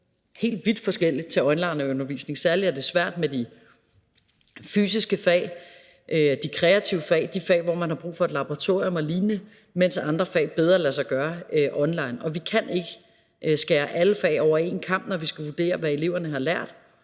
egner sig til onlineundervisning. Særlig er det svært med de fysiske fag, de kreative fag og de fag, hvor man har brug for et laboratorium og lignende, mens det bedre kan lade sig gøre at have undervisning i andre fag online. Vi kan ikke skære alle fag over én kam, når vi skal vurdere, hvad eleverne har lært